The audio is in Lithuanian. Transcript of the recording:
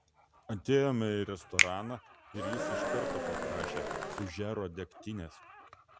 atėjome į restoraną ir jis iš karto paprašė fužero degtinės